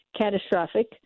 catastrophic